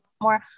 more